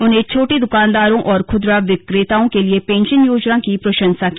उन्होंने छोटे दुकानदारों और खुदरा विक्रेताओं के लिए पेंशन योजना की प्रशंसा की